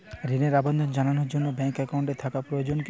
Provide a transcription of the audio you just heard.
ঋণের আবেদন জানানোর জন্য ব্যাঙ্কে অ্যাকাউন্ট থাকা প্রয়োজন কী?